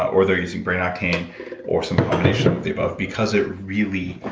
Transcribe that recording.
or they're using brain octane or some combination of the above because it really.